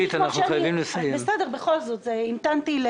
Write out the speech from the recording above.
כולנו מבינים לאן הרפורמה הזאת הולכת.